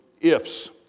ifs